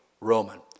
Roman